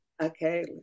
Okay